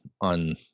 on